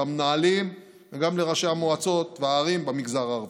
למנהלים וגם לראשי המועצות וראשי הערים במגזר הערבי.